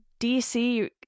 DC